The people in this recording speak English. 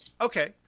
Okay